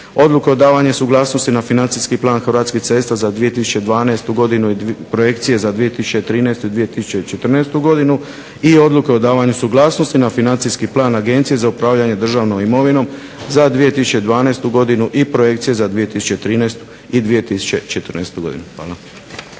Odluke o davanju suglasnosti na Financijski plan Hrvatskih cesta za 2012. godinu i Projekcije za 2013. i 2014.godinu i Odluke o davanju suglasnosti na financijski plan Agencije za upravljanje državnom imovinom za 2012.godinu i Projekcije za 2013. i 2014.godinu.